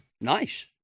Nice